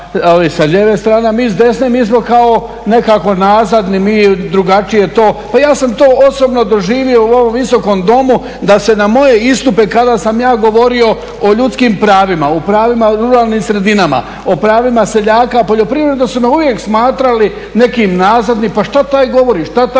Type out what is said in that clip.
s lijeve strane, a mi s desne mi smo kao nekako nazadni mi drugačije to, pa ja sam to osobno doživio u ovom Visokom domu da se na moje istupe kada sam ja govorio o ljudskim pravima o pravima u ruralnim sredinama o pravima seljaka u poljoprivredi su me uvijek smatrali neki nazadnim pa šta taj govori, pa šta taj priča.